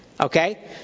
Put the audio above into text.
Okay